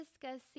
discussing